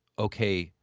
okay,